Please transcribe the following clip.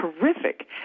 terrific